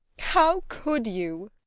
how could you!